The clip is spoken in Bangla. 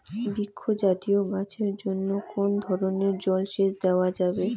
বৃক্ষ জাতীয় গাছের জন্য কোন ধরণের জল সেচ দেওয়া যাবে?